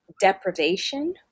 deprivation